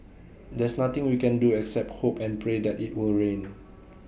there's nothing we can do except hope and pray that IT will rain